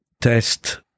test